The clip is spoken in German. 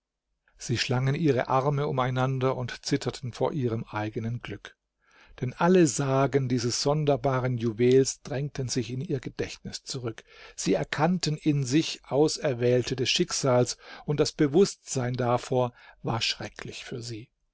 sie schlangen ihre arme umeinander und zitterten vor ihrem eigenen glück denn alle sagen dieses sonderbaren juwels drängten sich in ihr gedächtnis zurück sie erkannten in sich auserwählte des schicksals und das bewußtsein davor war schrecklich für sie